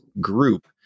group